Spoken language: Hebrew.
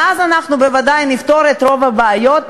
ואז אנחנו בוודאי נפתור את רוב הבעיות.